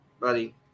buddy